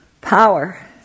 Power